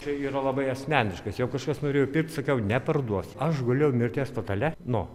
čia yra labai asmeniškas jau kažkas norėjo pirkti sakau neparduosiu aš gulėjau mirties patale nu